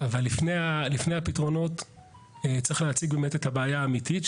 אבל לפני הפתרונות צריך להציג את הבעיה האמיתית,